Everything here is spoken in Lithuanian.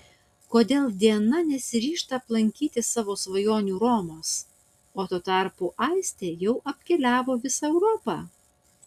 kodėl diana nesiryžta aplankyti savo svajonių romos o tuo tarpu aistė jau apkeliavo visą europą